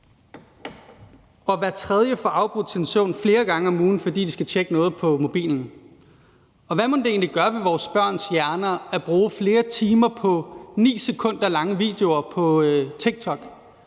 og hver tredje får afbrudt sin søvn flere gange om ugen, fordi de skal tjekke noget på mobilen. Og hvad mon det egentlig gør ved vores børns hjerner at bruge flere timer på 9 sekunder lange videoer på TikTok?